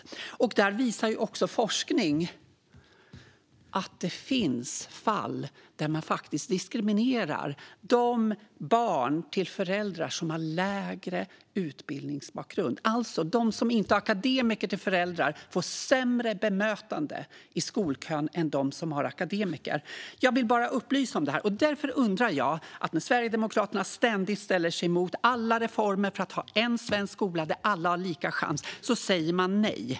Forskning visar också att det finns fall där man diskriminerar barn till föräldrar som har lägre utbildningsbakgrund. De som inte har akademiker till föräldrar får alltså sämre bemötande i skolkön än de som har det. Jag vill bara upplysa om detta. Men Sverigedemokraterna sätter sig ständigt emot alla reformer för att få en svensk skola där alla har lika chans. De säger nej.